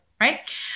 right